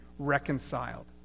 reconciled